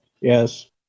yes